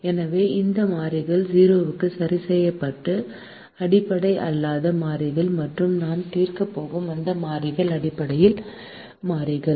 எனவே அந்த மாறிகள் 0 க்கு சரி செய்யப்பட்டது அடிப்படை அல்லாத மாறிகள் மற்றும் நாம் தீர்க்கப் போகும் அந்த மாறிகள் அடிப்படை மாறிகள்